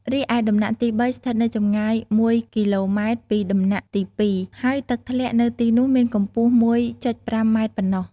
រីឯដំណាក់ទី៣ ស្ថិតនៅចម្ងាយ ១គីឡូម៉ែត្រពីដំណាក់ទី២ ហើយទឹកធ្លាក់នៅទីនោះមានកំពស់ ១,៥ម៉ែត្រប៉ណ្ណោះ។